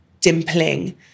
dimpling